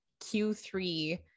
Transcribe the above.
Q3